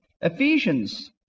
Ephesians